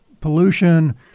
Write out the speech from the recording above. pollution